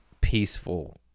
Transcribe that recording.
peaceful